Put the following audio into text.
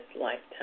lifetime